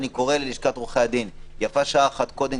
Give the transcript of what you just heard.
ואני קורא ללשכת עורכי הדין: יפה שעה אחת קודם.